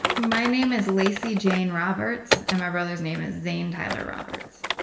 my name is lacy jane roberts and my brother's name is zane tyler roberts.